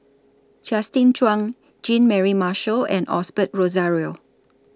Justin Zhuang Jean Mary Marshall and Osbert Rozario